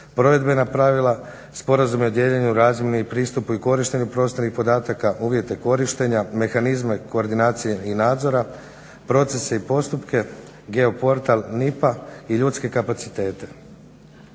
provedbena pravila, sporazume o dijeljenju, razmjeni, pristupu i korištenju prostornih podataka, uvjete korištenja, mehanizme koordinacije i nadzora, procese i postupke, geo portal NIPI-a i ljudske kapacitete.